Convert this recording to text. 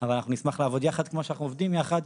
אבל אנחנו נשמח לעבוד יחד כמו שאנחנו עובדים יחד,